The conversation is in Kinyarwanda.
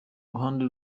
ruhande